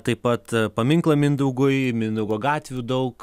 taip pat paminklą mindaugui mindaugo gatvių daug